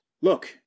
Look